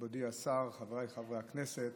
מכובדי השר, חבריי חברי הכנסת,